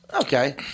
Okay